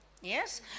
Yes